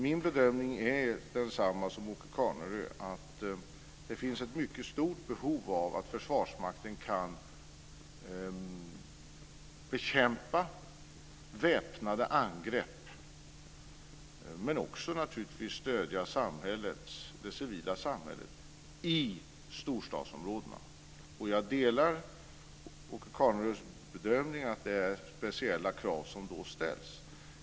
Min bedömning är densamma som Åke Carnerös, att det finns ett mycket stort behov av att Försvarsmakten kan bekämpa väpnade angrepp men också naturligtvis stödja det civila samhället i storstadsområdena. Jag delar Åke Carnerös bedömning att det då ställs speciella krav.